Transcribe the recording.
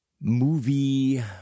movie